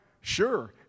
Sure